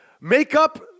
makeup